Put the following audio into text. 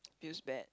feels bad